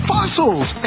Fossils